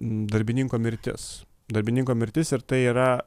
darbininko mirtis darbininko mirtis ir tai yra